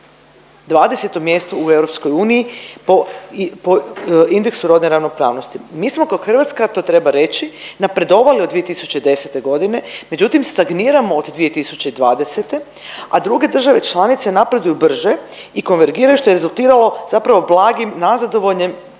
20 mjesto u EU po, po indeksu rodne ravnopravnosti. Mi smo ko Hrvatska to treba reći napredovali od 2010.g., međutim stagniramo od 2020., a druge države članice napreduju brže i konvergiraju što je rezultiralo zapravo blagim nazadovanjem